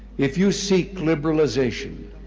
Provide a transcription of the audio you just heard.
if you seek liberalization,